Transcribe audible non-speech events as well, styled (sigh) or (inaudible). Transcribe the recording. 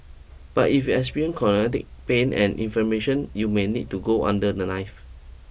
but if you experience (unintelligible) pain and inflammation you may need to go under the knife